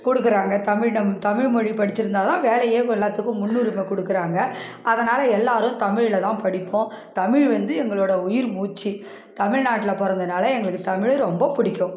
கொடுக்குறாங்க தமிழ் நம் தமிழ்மொழி படிச்சிருந்தால்தான் வேலையே எல்லாத்துக்கும் முன்னுரிமை கொடுக்குறாங்க அதனால் எல்லாரும் தமிழ்ல தான் படிப்போம் தமிழ் வந்து எங்களோடய உயிர் மூச்சு தமிழ் நாட்டில பிறந்தனால எங்களுக்கு தமிழ் ரொம்ப பிடிக்கும்